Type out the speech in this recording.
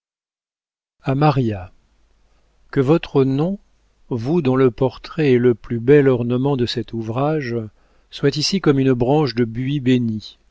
a maria que votre nom vous dont le portrait est le plus bel ornement de cet ouvrage soit ici comme une branche de buis bénit